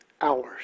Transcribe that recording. hours